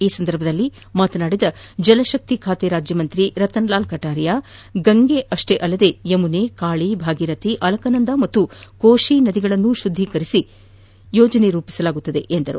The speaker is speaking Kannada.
ಈ ಸಂದರ್ಭದಲ್ಲಿ ಮಾತನಾಡಿದ ಜಲಕಕ್ತಿ ಖಾತೆ ರಾಜ್ಯ ಸಚಿವ ರತನ್ ಲಾಲ್ ಕಠಾರಿಯಾ ಗಂಗೆಯಪ್ಪೇ ಅಲ್ಲದೆ ಯಮುನೆ ಕಾಳಿ ಭಾಗೀರಥಿ ಅಲಕಾನಂದ ಮತ್ತು ಕೋಶಿ ನದಿಗಳನ್ನೂ ಶುದ್ದೀಕರಣ ಯೋಜನೆಯಡಿ ತರಲಾಗಿದೆ ಎಂದರು